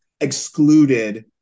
excluded